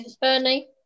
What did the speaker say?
Bernie